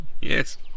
Yes